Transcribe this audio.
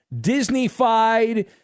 Disney-fied